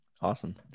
Awesome